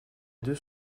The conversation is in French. deux